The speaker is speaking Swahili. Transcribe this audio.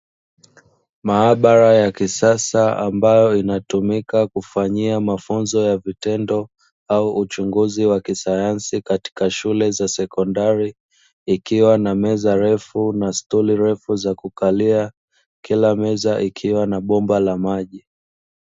Maabara ya kisasa ambayo inatumika kufanyia mafunzo ya vitendo au uchunguzi wa kisayansi katika shule za sekondari, ikiwa na meza ndefu na sturj ndefu za kukalia kila meza ikiwa na bomba la maji.